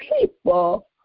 people